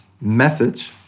methods